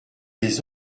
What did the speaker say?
les